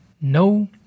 No